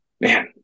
man